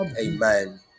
amen